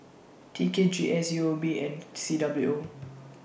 T K G S U O B and C W O